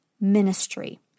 ministry